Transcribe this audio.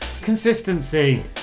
Consistency